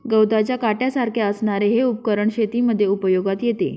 गवताच्या काट्यासारख्या असणारे हे उपकरण शेतीमध्ये उपयोगात येते